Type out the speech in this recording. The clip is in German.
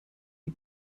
die